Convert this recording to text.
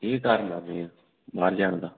ਇਹ ਕਾਰਨ ਆ ਮੇਨ ਬਾਹਰ ਜਾਣ ਦਾ